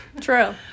true